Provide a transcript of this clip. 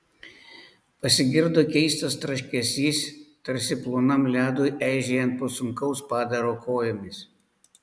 pasigirdo keistas traškesys tarsi plonam ledui eižėjant po sunkaus padaro kojomis